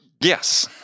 yes